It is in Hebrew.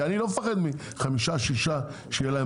כי אני לא מפחד מחמישה ששה שיהיו להם